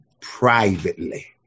privately